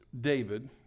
David